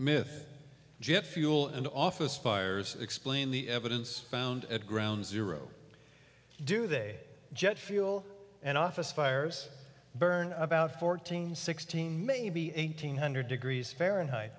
myth jet fuel and office fires explain the evidence found at ground zero do they jet fuel and office fires burned about fourteen sixteen maybe eighteen hundred degrees fahrenheit